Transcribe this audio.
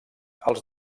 els